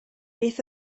beth